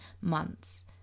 months